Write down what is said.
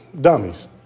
dummies